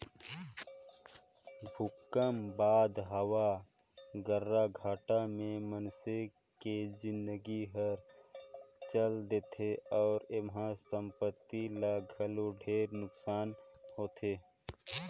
भूकंप बाद हवा गर्राघाटा मे मइनसे के जिनगी हर चल देथे अउ एम्हा संपति ल घलो ढेरे नुकसानी होथे